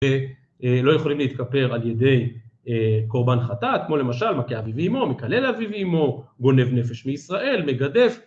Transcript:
לא יכולים להתכפר על ידי קורבן חטאת, כמו למשל מכה אביו ואמו, מקלל אביו ואמו, גונב נפש מישראל, מגדף